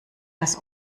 des